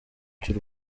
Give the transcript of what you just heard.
cy’u